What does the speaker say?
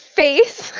face